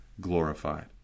glorified